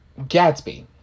Gatsby